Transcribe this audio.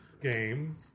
game